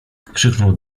krzyknął